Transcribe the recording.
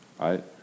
right